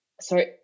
sorry